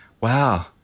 Wow